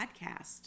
podcast